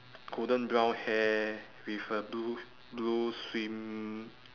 golden brown hair with a blue blue swim~